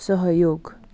सहयोग